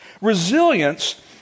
Resilience